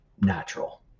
natural